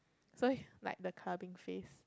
so like the clubbing phase